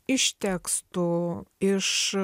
iš tekstų iš